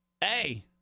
hey